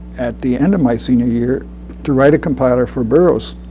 at the end of my senior year to write a compiler for burroughs,